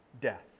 death